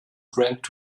drank